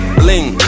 bling